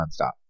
nonstop